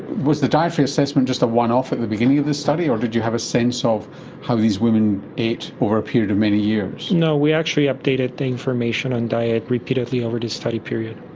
was the dietary assessment just a one-off at the beginning of the study, or did you have a sense of how these women ate over a period of many years? no, we actually updated the information on diet repeatedly over the study period.